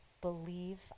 believe